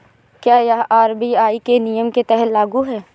क्या यह आर.बी.आई के नियम के तहत लागू है?